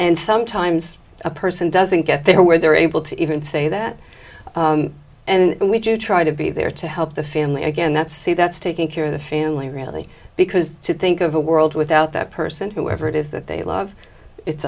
and sometimes a person doesn't get there where they're able to even say that and we do try to be there to help the family again that see that's taking care of the family really because to think of a world without that person whoever it is that they love it's